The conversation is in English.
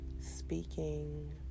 speaking